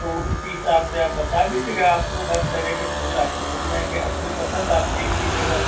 तो उसी हिसाब से आप बता दीजिएगा आपको हर तरह के फूल आपको मिल जाएँगे अपनी पसंद आप देख लीजिएगा